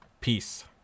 Peace